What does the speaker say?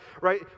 right